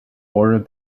ordered